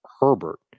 Herbert